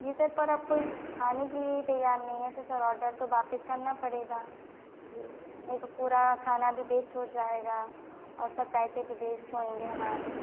जी sir पर अब कोई खाने के लिए ही तैयार नहीं है तो सर आर्डर तो वापस करना पड़ेगा जी नहीं तो पूरा खाना भी वेस्ट हो जाएगा और सर पैसे भी वेस्ट होंगे हमारे